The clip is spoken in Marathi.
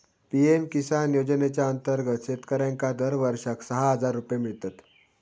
पी.एम किसान योजनेच्या अंतर्गत शेतकऱ्यांका दरवर्षाक सहा हजार रुपये मिळतत